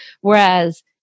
whereas